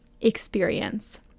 experience